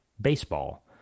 baseball